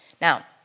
Now